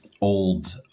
old